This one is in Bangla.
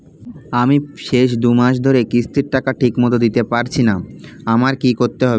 আমি শেষ দুমাস ধরে কিস্তির টাকা ঠিকমতো দিতে পারছিনা আমার কি করতে হবে?